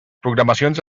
programacions